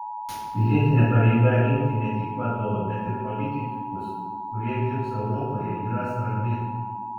pilietinė pareiga rinkti ne tik vadovą bet ir politikus kurie dirbs europoje yra svarbi